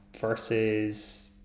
versus